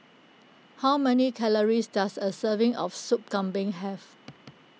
how many calories does a serving of Soup Kambing have